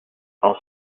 also